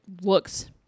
looks